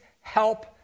help